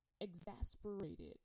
exasperated